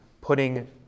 putting